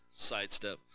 Sidestep